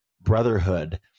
brotherhood